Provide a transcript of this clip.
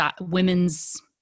women's